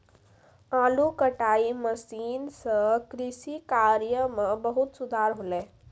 आलू कटाई मसीन सें कृषि कार्य म बहुत सुधार हौले